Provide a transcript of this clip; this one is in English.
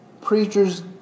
preachers